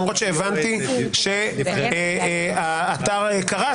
למרות שהבנתי שהאתר קרס,